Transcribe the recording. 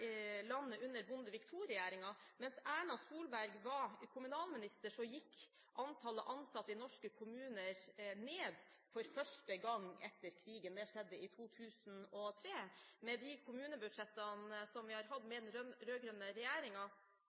landet under Bondevik II-regjeringen. Mens Erna Solberg var kommunalminister, gikk antallet ansatte i norske kommuner ned for første gang etter krigen, og det skjedde i 2003. Med de kommunebudsjettene som vi har hatt med den